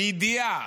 בידיעה,